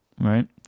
right